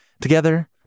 Together